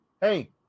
hey